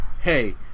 hey